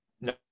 No